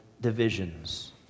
divisions